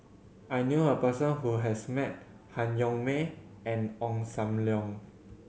I knew a person who has met Han Yong May and Ong Sam Leong